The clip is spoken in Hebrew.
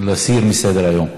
להסיר מסדר-היום.